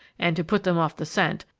and to put them off the scent,